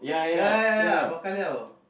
ya ya ya bao ka liao